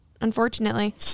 Unfortunately